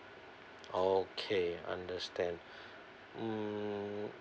okay understand mm